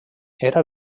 era